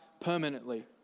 permanently